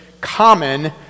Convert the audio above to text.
common